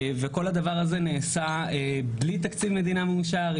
כל הדבר הזה נעשה בלי תקציב מדינה מאושר,